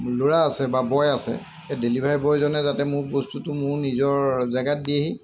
ল'ৰা আছে বা বয় আছে সেই ডেলিভাৰী বয়জনে যাতে মোক বস্তুটো মোৰ নিজৰ জেগাত দিয়েহি